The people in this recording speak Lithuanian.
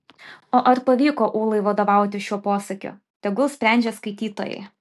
o ar pavyko ūlai vadovautis šiuo posakiu tegul sprendžia skaitytojai